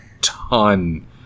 ton